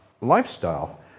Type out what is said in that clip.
lifestyle